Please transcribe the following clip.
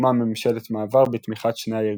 והוקמה ממשלת מעבר בתמיכת שני הארגונים.